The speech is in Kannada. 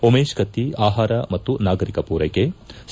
ಉಮೇಶ್ ಕಕ್ತಿ ಆಹಾರ ಮತ್ತು ನಾಗರಿಕ ಪೂರೈಕೆ ಸಿ